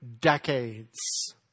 decades